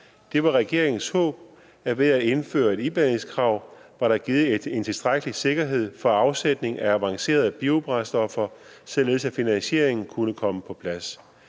Det var regeringens håb, at ved at indføre et iblandingskrav var der givet en tilstrækkelig sikkerhed for afsætning af avancerede biobrændstoffer, således at finansieringen kunne komme på plads.